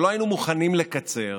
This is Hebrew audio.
ולא היינו מוכנים לקצר